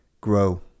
grow